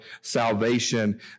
salvation